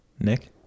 Nick